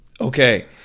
Okay